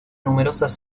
numerosas